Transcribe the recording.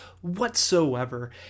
whatsoever